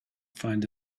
find